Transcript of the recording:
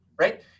right